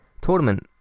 Tournament